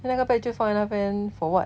他那个 bag 就放在那边 for what